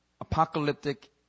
apocalyptic